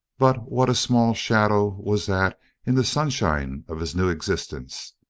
but what a small shadow was that in the sunshine of this new existence!